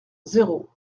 zéro